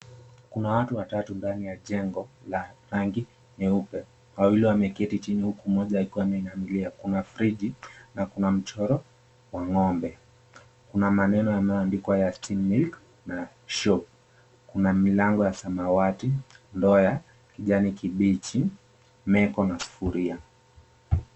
Kuna watu watatu ndani ya jengo la rangi nyeupe. Wawili wameketi chini, huku mmoja akiwa ameinamilia. Kuna friji na kuna mchoro wa ng'ombe. Kuna maneno yameandikwa, "Yustina Milk", na " Shop ". Kuna milango ya samawati, ndoo ya kijani kibichi, meko, na sufuria.